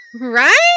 right